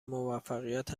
موفقیت